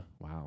Wow